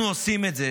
אנחנו עושים את זה